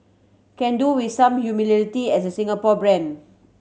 can do with some as a Singapore brand